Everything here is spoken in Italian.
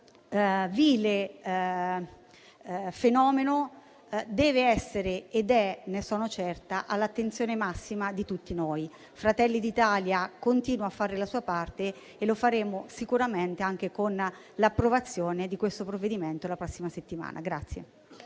Questo vile fenomeno deve essere ed è, ne sono certa, all'attenzione massima di tutti noi. Fratelli d'Italia continua a fare la sua parte e lo faremo sicuramente anche con l'approvazione di questo provvedimento la prossima settimana.